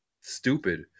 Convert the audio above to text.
stupid